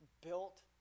built